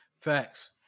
Facts